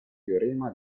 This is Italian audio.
teorema